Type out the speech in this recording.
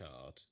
card